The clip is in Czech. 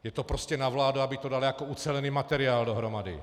Je to prostě na vládě, aby to dala jako ucelený materiál dohromady.